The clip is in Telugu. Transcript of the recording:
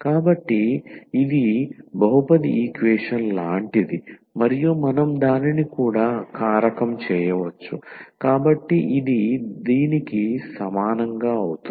కాబట్టి ఇది బహుపది ఈక్వేషన్ లాంటిది మరియు మనం దానిని కూడా కారకం చేయవచ్చు కాబట్టి ఇది దీనికి సమానంగా అవుతుంది